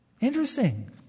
Interesting